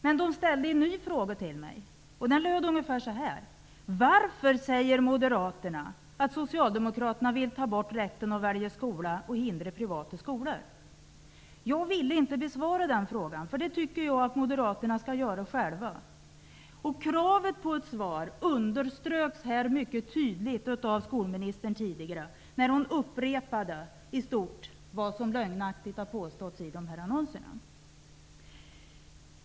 Men de ställde en ny fråga till mig, och den löd ungefär: Varför säger Moderaterna att Socialdemokraterna vill ta bort rätten att välja skola och hindra privata skolor? Jag ville inte besvara den frågan -- det tycker jag att Moderaterna skall göra själva. Kravet på ett svar framstår som desto tydligare som skolministern själv här för en stund sedan i stort sett upprepade vad som lögnaktigt har påståtts i annonserna.